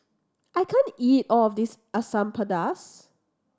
I can't eat all of this Asam Pedas